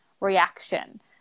reaction